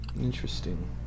Interesting